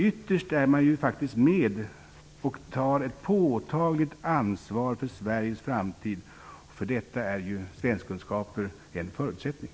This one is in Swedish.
Ytterst är man ju faktiskt med och tar ett påtagligt ansvar för Sveriges framtid, och för detta är svenskkunskaper en förutsättning.